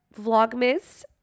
vlogmas